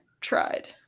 tried